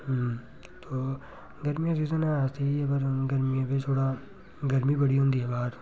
ओह् गर्मियें दा सीजन ऐ ते स्हेई ऐ पर गर्मियें बिच्च थोह्ड़ा गर्मी बड़ी होंदी ऐ बाह्र